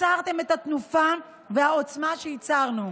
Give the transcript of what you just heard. עצרתם את התנופה והעוצמה שיצרנו.